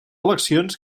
eleccions